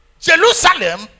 Jerusalem